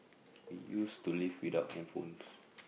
we used to live without handphones